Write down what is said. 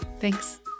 Thanks